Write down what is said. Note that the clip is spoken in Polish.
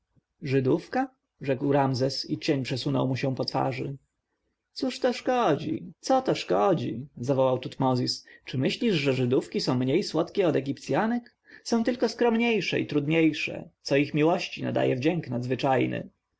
żydówka rzekł ramzes i cień przesunął mu się po twarzy cóż to szkodzi co to szkodzi zawołał tutmozis czy myślisz że żydówki są mniej słodkie od egipcjanek są tylko skromniejsze i trudniejsze co ich miłości nadaje wdzięk nadzwyczajny